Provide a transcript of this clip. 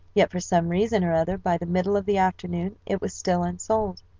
yet for some reason or other, by the middle of the afternoon it was still unsold.